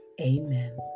amen